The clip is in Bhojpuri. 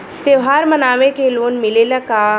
त्योहार मनावे के लोन मिलेला का?